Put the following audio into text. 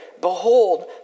behold